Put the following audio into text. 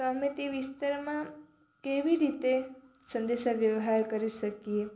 તો અમે તે વિસ્તારમાં કેવી રીતે સંદેશા વ્યવહાર કરી શકીએ